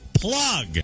plug